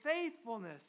faithfulness